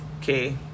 okay